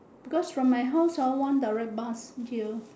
because from my house ah one direct bus here